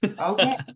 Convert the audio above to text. okay